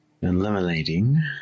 Eliminating